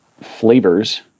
flavors